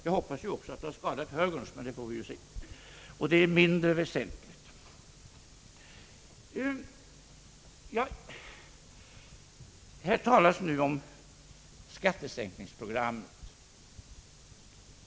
Jag hoppas också att det har skadat högern, men det får vi se — och det är mindre väsentligt. Här talas nu om skattesänkningsprogrammet.